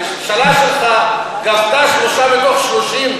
הממשלה שלך גבתה 3 מתוך 30,